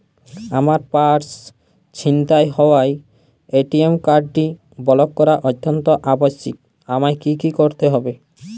আমার পার্স ছিনতাই হওয়ায় এ.টি.এম কার্ডটি ব্লক করা অত্যন্ত আবশ্যিক আমায় কী কী করতে হবে?